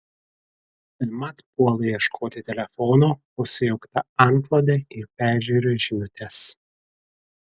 bemat puolu ieškoti telefono po sujaukta antklode ir peržiūriu žinutes